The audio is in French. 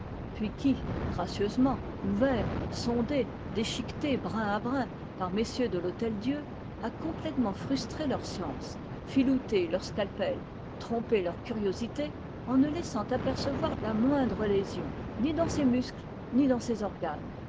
puis qui gracieusement ouvert sondé déchiqueté brin à brin par messieurs de l'hôteldieu a complètement frustré leur science filouté leur scapel trompé leur curiosité en ne laissant apercevoir la moindre lésion ni dans ses muscles ni dans ses organes